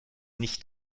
nicht